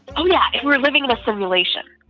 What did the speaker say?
oh, yeah, if we're living in a simulation.